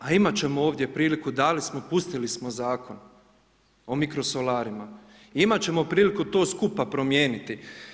A imat ćemo ovdje priliku, dali smo pustili smo Zakon o mikrosolarima, imat ćemo priliku to skupa promijeniti.